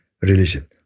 religion